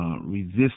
Resist